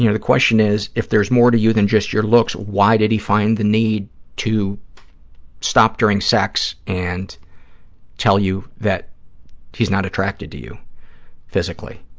you know the question is, if there's more to you than just your looks, why did he find the need to stop during sex and tell you that he's not attracted to you physically?